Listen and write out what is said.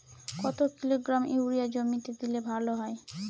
কত kilogram urea জমিতে দিলে ভালো হয়?